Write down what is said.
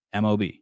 MOB